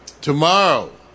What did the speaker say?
Tomorrow